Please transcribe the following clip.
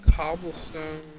cobblestone